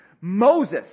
Moses